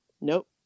nope